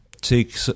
take